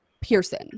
Pearson